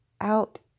out